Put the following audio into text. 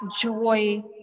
joy